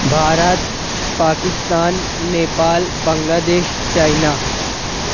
Bharat Pakistan Nepal Bangladesh China